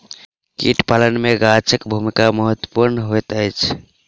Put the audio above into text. कीट पालन मे गाछक भूमिका महत्वपूर्ण होइत अछि